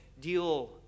deal